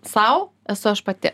sau esu aš pati